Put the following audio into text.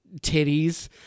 titties